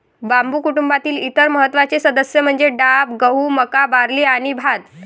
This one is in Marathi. बांबू कुटुंबातील इतर महत्त्वाचे सदस्य म्हणजे डाब, गहू, मका, बार्ली आणि भात